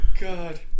God